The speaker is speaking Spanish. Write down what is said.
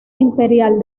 imperial